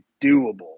doable